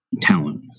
talent